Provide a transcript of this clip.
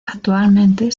actualmente